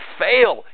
fail